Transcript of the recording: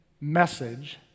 message